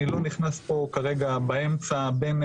אני לא נכנס פה כרגע באמצע בין